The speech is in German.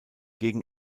gegen